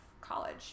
college